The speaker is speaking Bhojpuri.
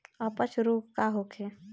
अपच रोग का होखे?